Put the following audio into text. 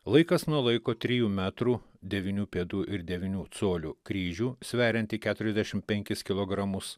laikas nuo laiko trijų metrų devynių pėdų ir devynių colių kryžių sveriantį keturiasdešim penkis kilogramus